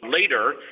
later